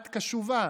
את קשובה,